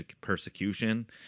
persecution